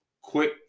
quick